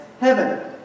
heaven